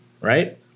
right